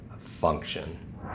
function